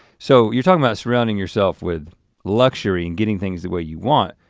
so you're talking about surrounding yourself with luxury and getting things the way you want,